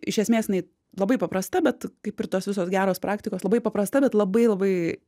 iš esmės jinai labai paprasta bet kaip ir tos visos geros praktikos labai paprasta bet labai labai